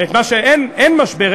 אין משבר,